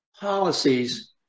policies